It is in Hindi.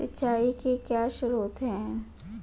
सिंचाई के क्या स्रोत हैं?